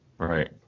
Right